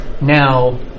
now